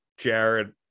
jared